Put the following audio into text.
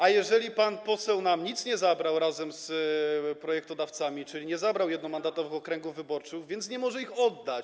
A jeżeli pan poseł nam nic nie zabrał razem z projektodawcami, czyli nie zabrał jednomandatowych okręgów wyborczych, więc nie może ich oddać.